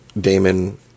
Damon